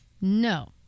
no